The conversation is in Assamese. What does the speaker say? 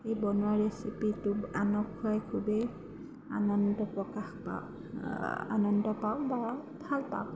এই বনোৱা ৰেচিপিটো আনক খোৱাই খুবেই আনন্দ প্ৰকাশ পাওঁ আনন্দ পাওঁ বা ভালপাওঁ